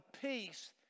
peace